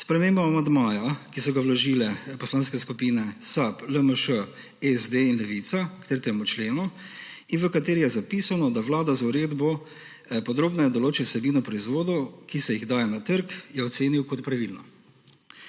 Spremembo amandmaja, ki so ga vložile poslanske skupine SAB, LMŠ, SD in Levica k 3. členu, in v kateri je zapisano, da Vlada z uredbo podrobneje določi vsebino proizvodov, ki se jih daje na trg, je ocenil kot pravilno.